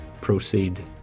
proceed